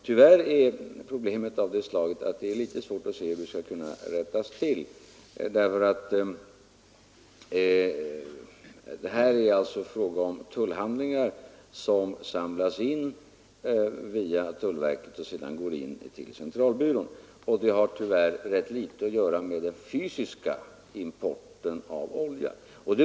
Tyvärr är problemet av det slaget att man har litet svårt att se hur detta skall kunna klaras ut, eftersom det här är fråga om tullhandlingar som samlas in via tullverket och sedan går till statistiska centralbyrån. De uppgifterna har rätt litet att göra med den fysiska importen av olja.